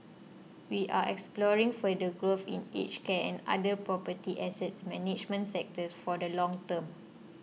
we are exploring further growth in aged care and other property assets management sectors for the long term